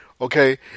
Okay